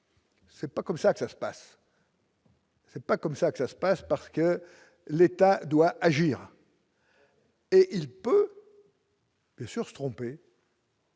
C'est pas comme ça que ça se passe. C'est pas comme ça que ça se passe, parce que l'État doit agir. Bien sûr se tromper.